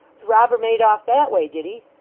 the robber made off that way, did he?